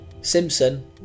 Simpson